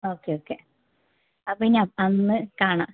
okay okay അപ്പോൾ ഇനി അന്ന് കാണാം